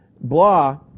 Blah